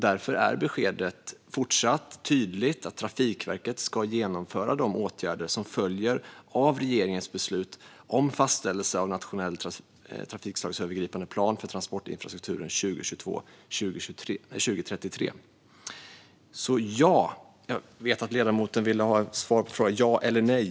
Därför är beskedet fortsatt tydligt: Trafikverket ska genomföra de åtgärder som följer av regeringens beslut om fastställelse av nationell trafikslagsövergripande plan för transportinfrastrukturen för perioden 2022-2033. Jag vet att ledamoten vill ha ett ja eller ett nej som svar.